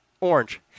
orange